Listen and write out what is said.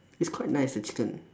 it's quite nice the chicken